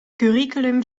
curriculum